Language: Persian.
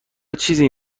چیزی